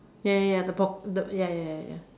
ya ya ya the pock~ the ya ya ya ya ya